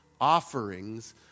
offerings